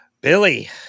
Billy